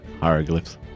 hieroglyphs